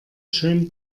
schön